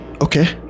okay